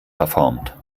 verformt